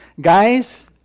guys